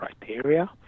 criteria